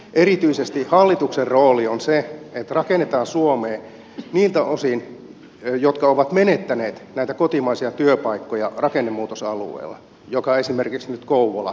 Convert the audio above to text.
erityisesti hallituksen rooli on se että rakennetaan suomea niistä osista jotka ovat menettäneet näitä kotimaisia työpaikkoja rakennemuutosalueella jollainen esimerkiksi nyt kouvola on